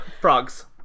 Frogs